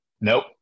nope